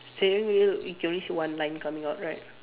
steering wheel you can only see one line coming out right